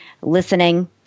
listening